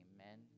Amen